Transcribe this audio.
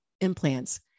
implants